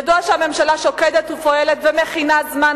ידוע שהממשלה שוקדת ופועלת ומכינה זה זמן